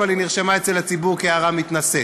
אבל היא נרשמה אצל הציבור כהערה מתנשאת.